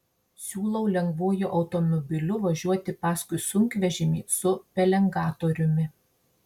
siūlau lengvuoju automobiliu važiuoti paskui sunkvežimį su pelengatoriumi